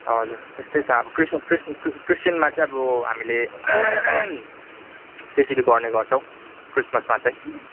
हजुर यस्तै छ अब क्रिसमस क्रिसमस क्रिस्चियनमा चाहिँ अब हामीले त्यसरी गर्ने गर्छौँ क्रिसमसमा चाहिँ